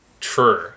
true